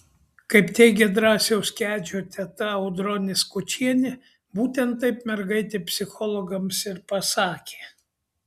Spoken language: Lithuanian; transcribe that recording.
kaip teigia drąsiaus kedžio teta audronė skučienė būtent taip mergaitė psichologams ir pasakė